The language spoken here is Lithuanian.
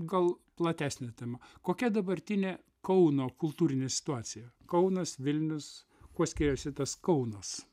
gal platesnė tema kokia dabartinė kauno kultūrinė situacija kaunas vilnius kuo skiriasi tas kaunas